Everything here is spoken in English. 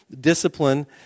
Discipline